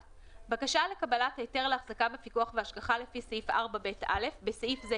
(1)בקשה לקבלת היתר להחזקה בפיקוח והשגחה לפי סעיף 4ב(א) (בסעיף זה,